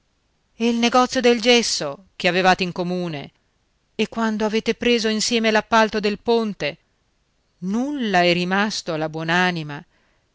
e il negozio del gesso che avevate in comune e quando avete preso insieme l'appalto del ponte nulla è rimasto alla